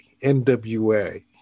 NWA